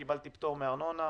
קיבלתי פטור מארנונה,